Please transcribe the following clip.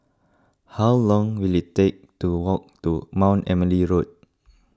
how long will it take to walk to Mount Emily Road